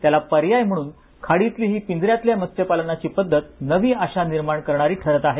त्याला पर्याय म्हणून हि पिंजऱ्यातल्या मत्स्य पालनाची पद्धत नवी आशा निर्माण करणारी ठरत आहे